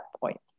point